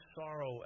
sorrow